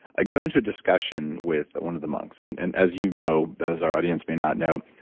i got into a discussion with one of the monks. and and as you know, as our audience may not know,